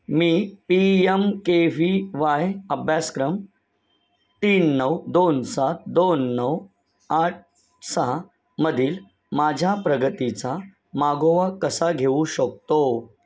मी P M K V Y अभ्यासक्रम तीन नऊ दोन सात दोन नऊ आठ सहामधील माझ्या प्रगतीचा मागोवा कसा घेऊ शकतो